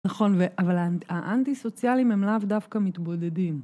נכון, אבל האנטיסוציאלים הם לאו דווקא מתבודדים.